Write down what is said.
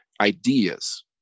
ideas